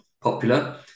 popular